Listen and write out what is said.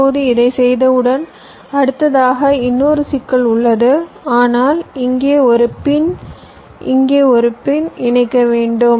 இப்போது இதைச் செய்தவுடன் அடுத்ததாக இன்னொரு சிக்கல் உள்ளது ஆனால் இங்கே ஒரு பின் இங்கே ஒரு பின் இணைக்க வேண்டும்